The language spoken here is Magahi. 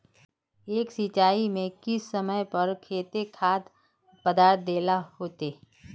एक सिंचाई में किस समय पर केते खाद पदार्थ दे ला होते?